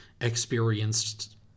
experienced